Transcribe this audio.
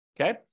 Okay